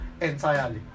entirely